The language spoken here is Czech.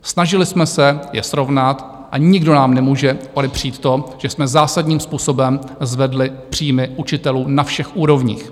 Snažili jsme se je srovnat a nikdo nám nemůže odepřít to, že jsme zásadním způsobem zvedli příjmy učitelů na všech úrovních.